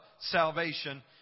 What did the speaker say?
salvation